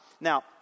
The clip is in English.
Now